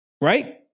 Right